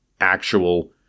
actual